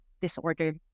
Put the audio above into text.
disorder